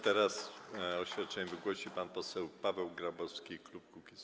Teraz oświadczenie wygłosi pan poseł Paweł Grabowski, klub Kukiz’15.